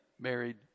married